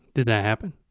did that happen?